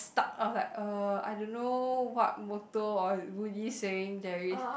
stuck I was like uh I don't know what motto or Buddhist saying there is